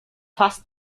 fast